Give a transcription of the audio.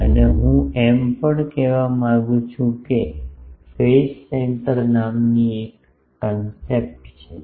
અને હું એમ પણ કહેવા માંગુ છું કે ફેઝ સેન્ટર નામની એક કન્સેપ્ટ છે